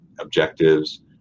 objectives